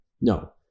No